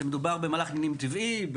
שמדובר במהלך דברים טבעי,